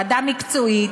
ועדה מקצועית,